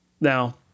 Now